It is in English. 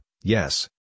yes